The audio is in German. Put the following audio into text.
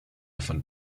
von